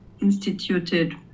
instituted